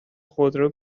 خودرو